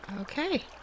Okay